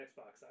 Xbox